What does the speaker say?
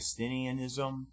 Augustinianism